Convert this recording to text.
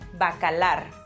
Bacalar